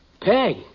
Peg